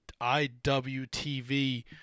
IWTV